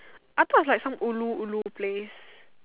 I thought it was like some ulu ulu place